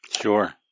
Sure